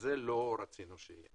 את ה לא רצינו שיהיה.